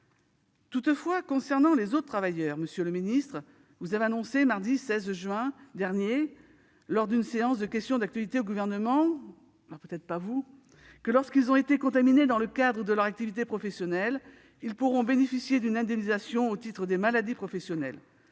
Toutefois, concernant les autres travailleurs, monsieur le secrétaire d'État, vous avez annoncé le mardi 16 juin, lors d'une séance de questions d'actualité au Gouvernement, que lorsqu'ils ont été contaminés dans le cadre de leur activité professionnelle, ils pourront bénéficier d'une indemnisation au titre des maladies professionnelles.